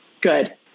Good